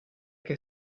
che